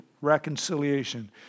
reconciliation